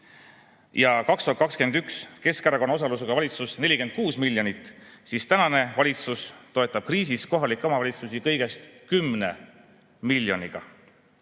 ja 2021 Keskerakonna osalusega valitsus 46 miljonit, siis tänane valitsus toetab kriisis kohalikke omavalitsusi kõigest 10 miljoniga.